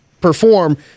perform